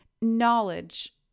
knowledge